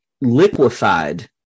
liquefied